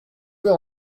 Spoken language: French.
veut